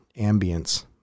ambience